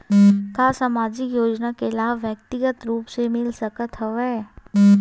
का सामाजिक योजना के लाभ व्यक्तिगत रूप ले मिल सकत हवय?